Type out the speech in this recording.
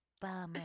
Bummer